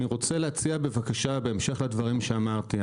אני רוצה להציע הצעה בהמשך לדברים שאמרתי.